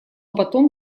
потом